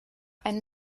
ein